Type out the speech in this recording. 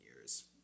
years